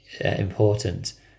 important